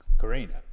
Karina